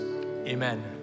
Amen